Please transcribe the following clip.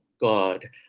God